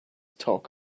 talk